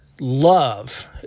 love